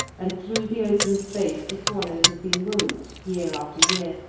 and through the open space the swallows had been wont, year after year,